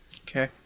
okay